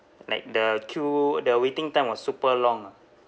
like the queue the waiting time was super long ah